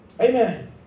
amen